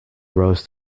rose